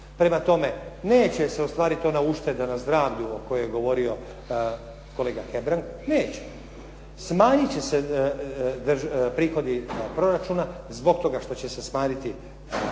Prema tome, neće se ostvariti ona ušteda na zdravlju o kojoj je govorio kolega Hebrang, neće. Smanjit će se prihodi proračuna zbog toga što će se smanjiti prinos